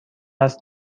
است